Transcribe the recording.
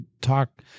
talk –